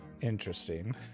Interesting